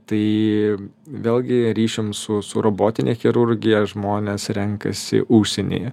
tai vėlgi ryšium su su robotine chirurgija žmonės renkasi užsienyje